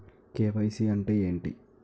KYC అంటే ఏంటి?